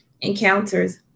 encounters